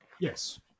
Yes